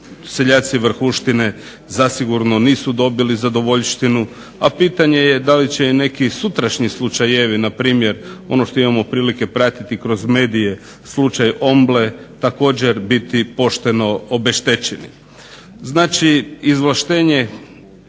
seljaci Vrhunštine zasigurno nisu dobili zadovoljštinu, a pitanje je da li će i neki sutrašnji slučajevi npr. ono što imamo prilike pratiti kroz medije, slučaj Omble također biti pošteno obeštećen. Znači izvlaštenje